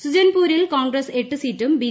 സുജൻപൂരിൽ കോൺഗ്രസ് എട്ട് സീറ്റും ബി